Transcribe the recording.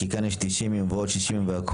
כי כאן יש 90 ימים ועוד 60 והכל.